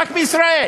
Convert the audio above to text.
מתחילים